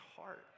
heart